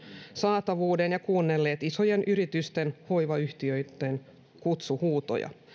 saatavuuden ja kuunnelleet isojen yksityisten hoivayhtiöitten kutsuhuutoja